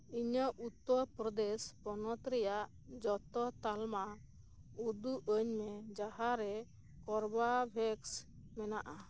ᱤᱧᱟᱹᱜ ᱩᱛᱛᱚᱨ ᱯᱨᱚᱫᱮᱥ ᱯᱚᱱᱚᱛ ᱨᱮᱭᱟᱜ ᱡᱚᱛᱚ ᱛᱟᱞᱢᱟ ᱩᱫᱩᱜ ᱟᱹᱧ ᱢᱮ ᱡᱟᱦᱟᱸᱨᱮ ᱠᱳᱨᱵᱟᱵᱷᱮᱠᱥ ᱢᱮᱱᱟᱜᱼᱟ